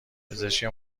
پزشک